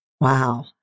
Wow